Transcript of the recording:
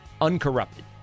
uncorrupted